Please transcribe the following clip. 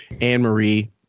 Anne-Marie